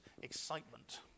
excitement